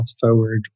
forward